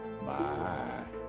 bye